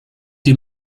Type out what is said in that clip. die